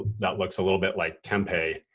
that looks a little bit like tempeh.